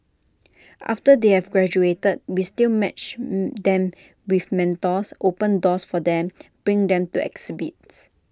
after they have graduated we still match them with mentors open doors for them bring them to exhibits